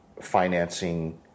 financing